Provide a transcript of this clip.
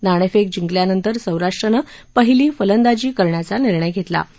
नाणस्त्री जिंकल्यानंतर सौराष्ट्रनं पहिली फलंदाजी करण्याचा निर्णय घस्त्रीा